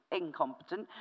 incompetent